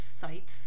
sites